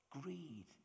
Greed